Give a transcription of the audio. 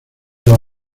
los